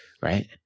right